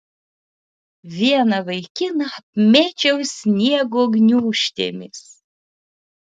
vieną vaikiną apmėčiau sniego gniūžtėmis